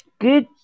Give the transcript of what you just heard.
Good